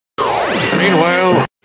Meanwhile